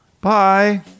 Bye